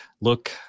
look